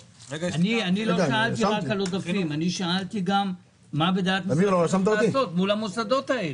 שאלתי גם מה הכוונה לעשות מול המוסדות האלה.